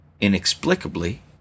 inexplicably